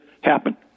happen